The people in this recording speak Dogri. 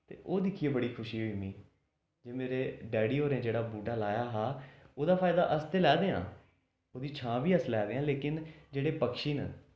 ते ओह् दिक्खियै बड़ी खुशी होई मिगी मेरे डैडी होरें जेड़ा बूह्टा लाया हा ओह्दा फायदा अस ते लै ने आं ओह्दी छां बी अस लै ने आं लेकिन जेह्ड़े पैंछी न